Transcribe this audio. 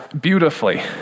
beautifully